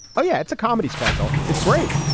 oh yeah. it's a comedy special. it's great.